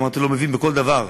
אמרתי: הוא מבין בכל דבר.